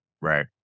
Right